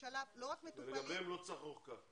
לגביהם לא צריך אורכה.